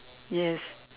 yes